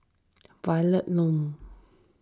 Violet Lon